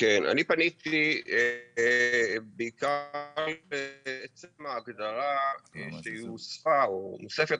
אני פניתי בעיקר עצם ההגדרה שהוספה או מוספת